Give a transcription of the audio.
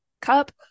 cup